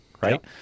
right